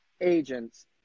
agents